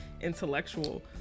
intellectual